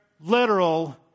literal